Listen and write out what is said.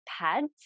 pads